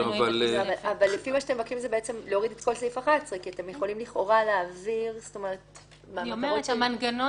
מה שאתם מבקשים זה להוריד את כל סעיף 11. ש': מנגנון